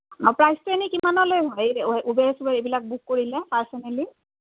অঁ প্ৰাইচটো এনেই কিমানলৈ হয় উবেৰ চুবেৰ এইবিলাক বুক কৰিলে পাৰ্চনেলি